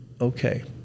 Okay